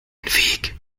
weg